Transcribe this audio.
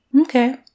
Okay